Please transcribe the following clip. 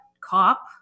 cop